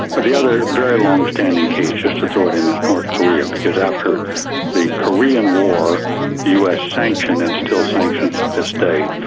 but the other very longstanding case, just to throw it in, is north korea, because after the korean war the us sanctioned and still sanctions to this day,